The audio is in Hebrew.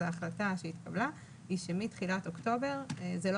ההחלטה שהתקבלה היא שמתחילת אוקטובר זה לא